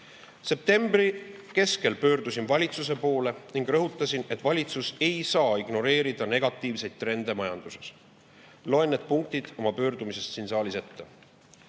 Septembri keskel pöördusin valitsuse poole ning rõhutasin, et valitsus ei saa ignoreerida negatiivseid trende majanduses. Loen need punktid oma pöördumisest siin saalis ette.